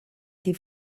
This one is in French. des